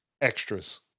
Extras